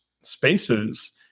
spaces